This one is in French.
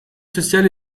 social